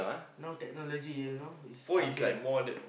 now technology ah you know it's up there ah